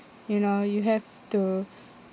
you know you have to